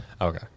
Okay